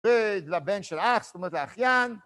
ולבן של אח, זאת אומרת לאחיין.